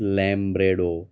Lambretta